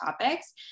topics